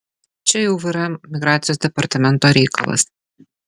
čia jau vrm migracijos departamento reikalas